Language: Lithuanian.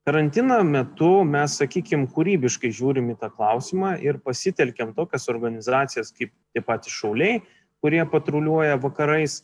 karantino metu mes sakykim kūrybiškai žiūrim į tą klausimą ir pasitelkėm tokias organizacijas kaip tie patys šauliai kurie patruliuoja vakarais